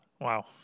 Wow